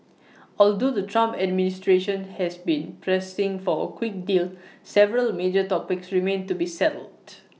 although the Trump administration has been pressing for A quick deal several major topics remain to be settled